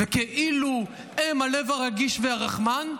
כאילו הם הלב הרגיש והרחמן,